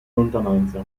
lontananza